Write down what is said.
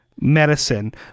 medicine